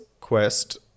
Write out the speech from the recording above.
quest